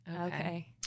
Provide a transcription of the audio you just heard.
Okay